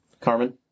Carmen